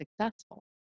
successful